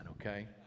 okay